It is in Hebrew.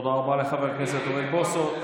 תודה רבה לחבר הכנסת אוריאל בוסו.